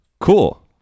Cool